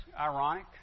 ironic